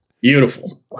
Beautiful